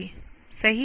सही